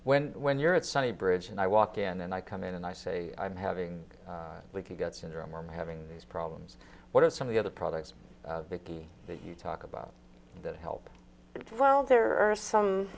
when when you're it's sunny bridge and i walk in and i come in and i say i'm having like you got syndrome or i'm having these problems what are some of the other products that you talk about that help well there are some